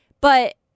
But-